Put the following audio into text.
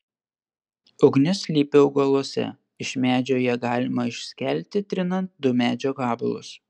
ugnis slypi augaluose iš medžio ją galima išskelti trinant du medžio gabalus